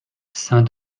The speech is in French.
saint